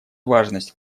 важность